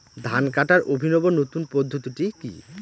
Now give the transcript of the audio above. ধান কাটার অভিনব নতুন পদ্ধতিটি কি?